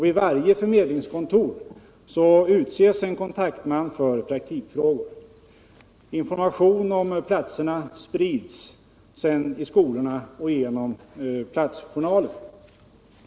Vid varje förmedlingskontor utses en kontaktman för praktikfrågor. Information om platserna sprids sedan i skolorna och genom platsjournaler.